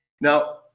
now